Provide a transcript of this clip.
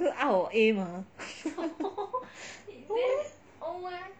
cause 澳 a mah no meh